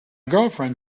girlfriend